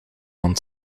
want